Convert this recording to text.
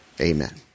Amen